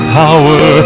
power